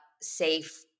safe